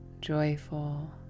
joyful